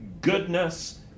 goodness